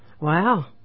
Wow